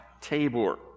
Tabor